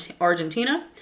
Argentina